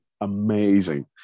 amazing